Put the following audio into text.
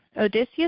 Odysseus